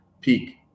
peak